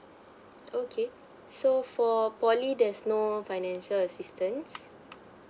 okay so for poly there's no financial assistance